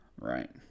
Right